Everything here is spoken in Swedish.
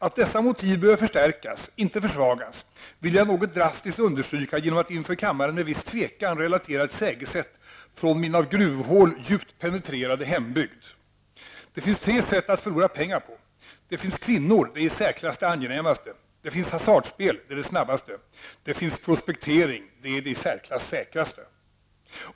Att dessa motiv behöver förstärkas och inte försvagas vill jag något drastiskt understryka genom att inför kammaren med viss tvekan relatera ett sägessätt från min av gruvhål djupt penetrerade hembygd: ''Det finns tre sätt att förlora pengar på: Det finns kvinnor. Det är i särsklass det angenämaste. Det finns hasardspel. Det är det snabbaste. Det finns prospektering. Det är det i särklass säkraste.''